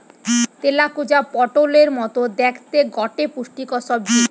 তেলাকুচা পটোলের মতো দ্যাখতে গটে পুষ্টিকর সবজি